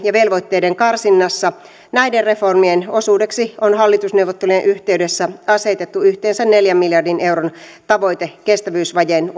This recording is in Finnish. ja velvoitteiden karsinnassa näiden reformien osuudeksi on hallitusneuvottelujen yhteydessä asetettu yhteensä neljän miljardin euron tavoite kestävyysvajeen